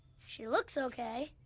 she looks okay.